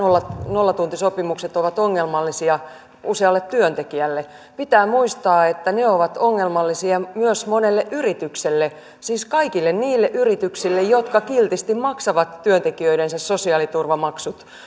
nollatuntisopimukset ovat ongelmallisia usealle työntekijälle pitää muistaa että ne ovat ongelmallisia myös monelle yritykselle siis kaikille niille yrityksille jotka kiltisti maksavat työntekijöidensä sosiaaliturvamaksut